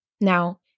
Now